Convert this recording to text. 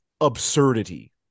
absurdity